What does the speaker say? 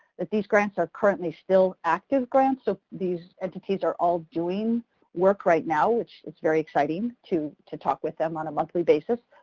that these grants are currently still active grants so these entities are all doing work right now, which is very exciting to to talk with them on a monthly basis.